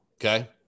okay